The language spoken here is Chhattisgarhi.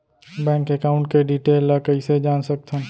बैंक एकाउंट के डिटेल ल कइसे जान सकथन?